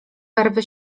barwy